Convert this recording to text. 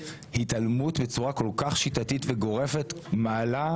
התעלמות בצורה כל כך שיטתית וגורפת מעלה